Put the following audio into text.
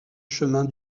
chemin